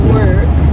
work